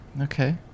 Okay